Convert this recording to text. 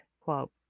quote